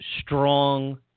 strong